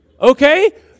Okay